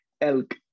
elk